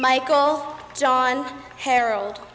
michael john harold